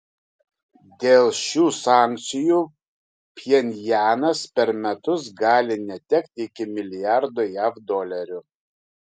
dėl šių sankcijų pchenjanas per metus gali netekti iki milijardo jav dolerių